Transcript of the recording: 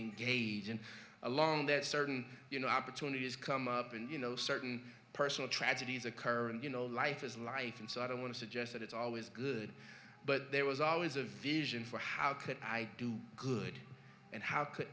engage and along that certain you know opportunities come up and you know certain personal tragedies occur and you know life is life and so i don't want to suggest that it's always good but there was always a vision for how could i do good and how could